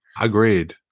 Agreed